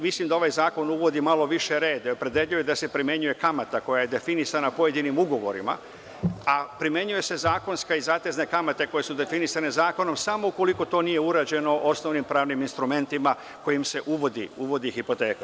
Mislim da ovaj zakon uvodi malo više reda i opredeljuje da se primenjuje kamata koja je definisana pojedinim ugovorima, a primenjuje se zakonska i zatezna kamata, koje su definisane zakonom samo ukoliko to nije urađeno osnovnim pravnim instrumentima kojim se uvodi hipoteka.